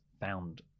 found